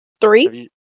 Three